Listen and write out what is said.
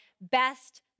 Best